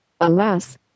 Alas